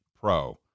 pro